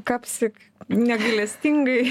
kapsi negailestingai